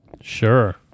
Sure